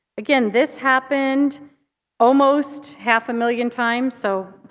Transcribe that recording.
again this happened almost half a million times. so,